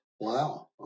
Wow